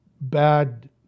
bad